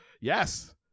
Yes